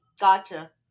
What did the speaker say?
gotcha